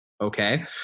Okay